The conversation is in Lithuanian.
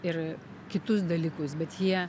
ir kitus dalykus bet jie